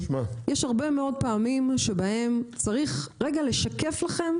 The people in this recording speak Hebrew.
יש הרבה מאות פעמים שבהן צריך רגע לשקף לכם,